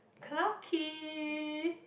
Clarke-Quay